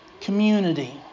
community